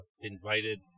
invited